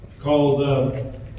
called